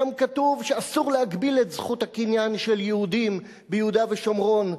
שם כתוב שאסור להגביל את זכות הקניין של יהודים ביהודה ושומרון,